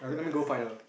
when gonna go find her